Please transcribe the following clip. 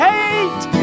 Hate